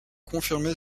confirmée